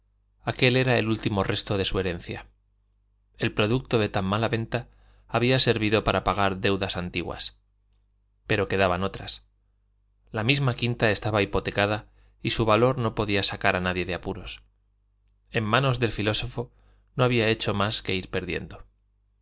aquel era el último resto de su herencia el producto de tan mala venta había servido para pagar deudas antiguas pero quedaban otras la misma quinta estaba hipotecada y su valor no podía sacar a nadie de apuros en manos del filósofo no había hecho más que ir perdiendo